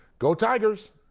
go tigers!